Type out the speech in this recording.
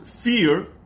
Fear